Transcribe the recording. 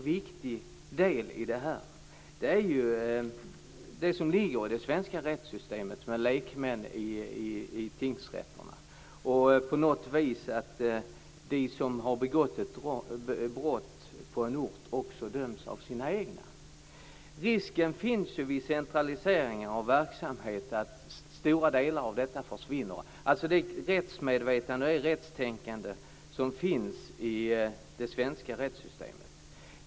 En viktig del är det som ligger i det svenska rättssystemet med lekmän i tingsrätterna och att de som har begått ett brott på en ort också döms av sina egna. Risken finns vid centralisering av verksamheter att stora delar av detta försvinner, dvs. det rättsmedvetande och rättstänkande som finns i det svenska rättssystemet.